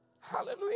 Hallelujah